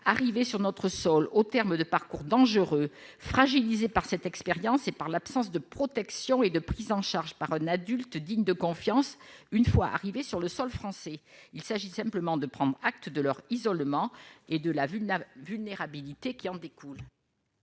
arrivés sur notre sol au terme de parcours dangereux fragilisée par cette expérience et par l'absence de protection et de prise en charge par un adulte digne de confiance, une fois arrivés sur le sol français, il s'agit simplement de prendre acte de leur isolement et de la VUB vulnérabilité qui en découlent.